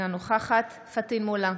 אינה נוכחת פטין מולא,